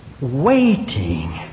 waiting